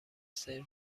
سرو